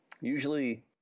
usually